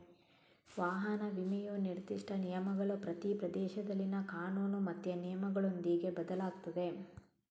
ವಾಹನ ವಿಮೆಯ ನಿರ್ದಿಷ್ಟ ನಿಯಮಗಳು ಪ್ರತಿ ಪ್ರದೇಶದಲ್ಲಿನ ಕಾನೂನು ಮತ್ತೆ ನಿಯಮಗಳೊಂದಿಗೆ ಬದಲಾಗ್ತದೆ